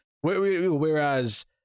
Whereas